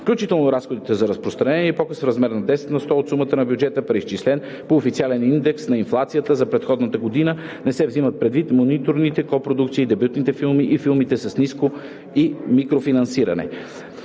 включително разходите за разпространение и показ в размер 10 на сто от сумата на бюджета, преизчислен по официалния индекс на инфлация за предходната година. Не се взимат предвид миноритарните копродукции, дебютните филми и филмите с ниско и микрофинансиране.